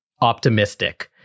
optimistic